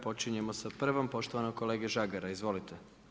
Počinjemo sa prvom poštovanog kolege Žagara, izvolite.